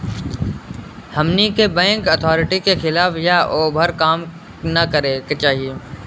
हमनी के bank authority के खिलाफ या ओभर काम न करे के चाही